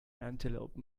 antelope